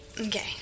Okay